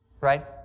right